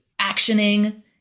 actioning